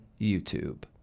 YouTube